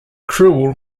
cruel